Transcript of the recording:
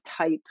type